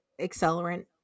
accelerant